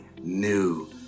new